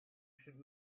should